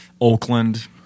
Oakland